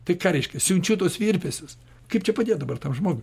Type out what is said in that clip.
tai ką reiškia siunčiu tuos virpesius kaip čia padėt dabar tam žmogui